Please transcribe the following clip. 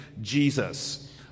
Jesus